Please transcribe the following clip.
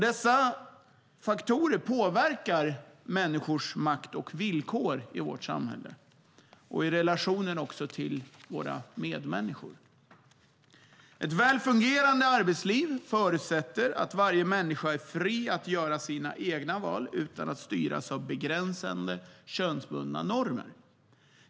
Dessa faktorer påverkar människors makt och villkor i vårt samhälle och i relationen till andra människor. Ett väl fungerande arbetsliv förutsätter att varje människa är fri att göra sina egna val utan att styras av begränsande, könsbundna normer.